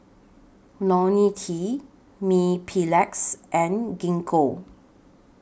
Ionil T Mepilex and Gingko